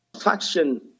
Faction